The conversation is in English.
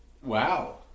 Wow